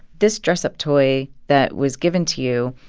this dress-up toy that was given to you,